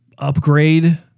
upgrade